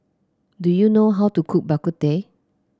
do you know how to cook Bak Kut Teh